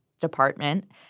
Department